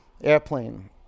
Airplane